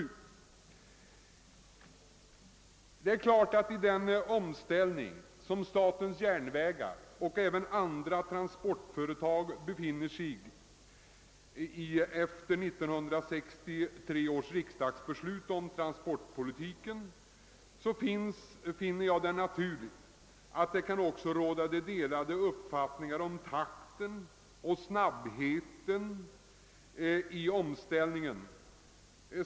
Jag finner det naturligt att det, med tanke på den omställningsperiod som statens järnvägar och även andra transportföretag befinner sig i efter 1963 års riksdagsbeslut om transportpolitiken, kan råda delade meningar om takten och snabbheten i denna omställning.